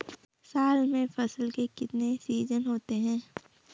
साल में फसल के कितने सीजन होते हैं?